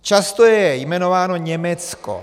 Často je jmenováno Německo.